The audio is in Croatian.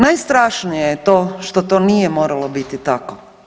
Najstrašnije je to što to nije moralo biti tako.